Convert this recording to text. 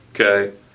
okay